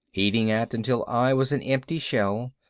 eating at until i was an empty shell,